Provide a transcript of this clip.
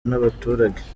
n’abaturage